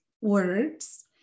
words